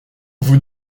vous